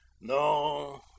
No